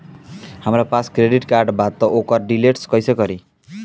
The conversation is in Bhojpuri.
हमरा पास क्रेडिट कार्ड बा त ओकर डिटेल्स कइसे मिली?